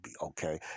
okay